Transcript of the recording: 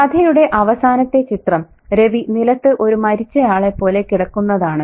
കഥയുടെ അവസാനത്തെ ചിത്രം രവി നിലത്ത് ഒരു മരിച്ചയാളെപ്പോലെ കിടക്കുന്നതാണ്